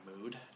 mood